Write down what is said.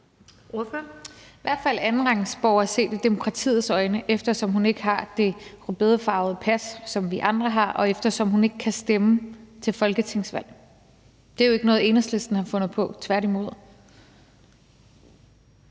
i hvert fald andenrangsborger set med demokratiets øjne, eftersom hun ikke har det rødbedefarvede pas, som vi andre har, og eftersom hun ikke kan stemme ved folketingsvalg. Det er jo ikke noget, Enhedslisten har fundet på, tværtimod.